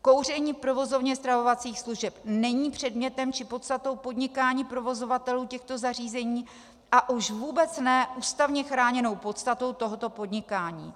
Kouření v provozovně stravovacích služeb není předmětem, či podstatou podnikání provozovatelů těchto zařízení a už vůbec ne ústavně chráněnou podstatou tohoto podnikání.